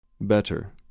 Better